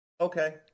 Okay